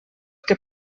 què